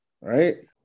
right